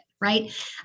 right